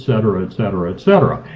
etc, etc, etc,